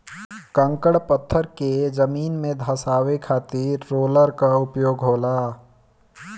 कंकड़ पत्थर के जमीन में धंसावे खातिर रोलर कअ उपयोग होला